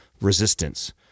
resistance